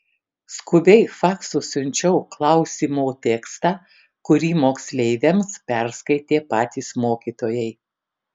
skubiai faksu siunčiau klausymo tekstą kurį moksleiviams perskaitė patys mokytojai